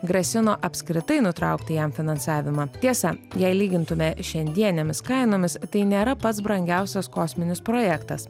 grasino apskritai nutraukti jam finansavimą tiesa jei lygintume šiandienėmis kainomis tai nėra pats brangiausias kosminis projektas